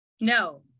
no